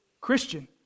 Christian